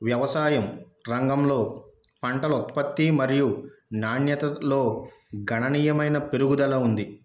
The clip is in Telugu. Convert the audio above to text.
వ్యవసాయ రంగంలో పంటలు ఉత్పత్తి మరియు నాణ్యతలో గణనీయమైన పెరుగుదల ఉంది